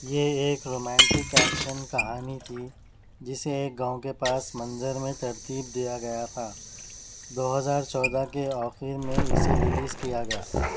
یہ ایک romantic action کہانی تھی جسے ایک گاؤں کے پاس منظر میں ترتیب دیا گیا تھا دو ہزار چودہ کے آخر میں اسے ریلیز کیا گیا